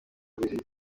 bibiri